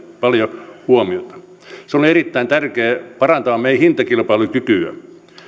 paljon huomiota se on erittäin tärkeä parantaa meidän hintakilpailukykyämme